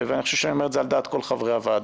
ואני חושב שאני אומר את זה על דעת כל חברי הוועדה: